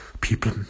people